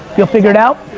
you'll figure it out?